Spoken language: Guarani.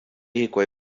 hikuái